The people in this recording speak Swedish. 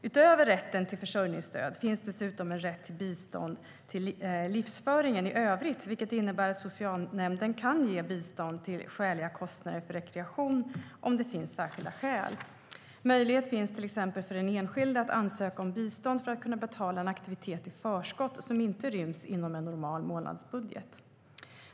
Utöver rätten till försörjningsstöd finns dessutom en rätt till bistånd till livsföringen i övrigt vilket innebär att socialnämnden kan ge bistånd till skäliga kostnader för rekreation om det finns särskilda skäl. Möjlighet finns till exempel för den enskilde att ansöka om bistånd för att kunna betala en aktivitet i förskott som inte ryms inom en normal månadsbudget.